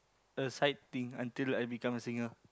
a side thing until I become a singer